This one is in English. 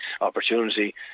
opportunity